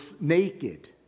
naked